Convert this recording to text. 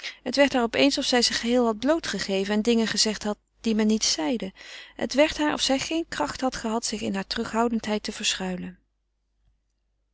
het werd haar opeens of zij zich geheel had bloot gegeven en dingen gezegd had die men niet zeide het werd haar of zij geen kracht had gehad zich in hare terughoudendheid te verschuilen